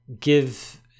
give